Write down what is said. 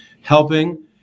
helping